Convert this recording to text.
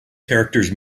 characters